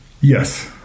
Yes